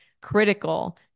critical